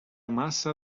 massa